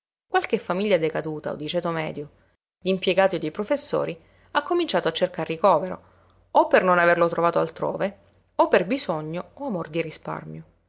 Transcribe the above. qualche famiglia decaduta o di ceto medio d'impiegati o di professori ha cominciato a cercar ricovero o per non averlo trovato altrove o per bisogno o amor di risparmio